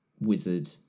wizard